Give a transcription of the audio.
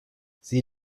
sie